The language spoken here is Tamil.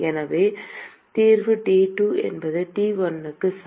எனவே தீர்வு T2 என்பது T1 க்கு சமம்